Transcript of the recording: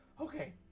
Okay